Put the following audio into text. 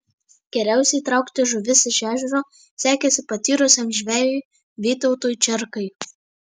geriausiai traukti žuvis iš ežero sekėsi patyrusiam žvejui vytautui čerkai